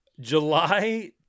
July –